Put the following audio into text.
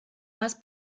más